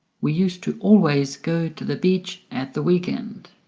we used to always go to the beach at the weekend.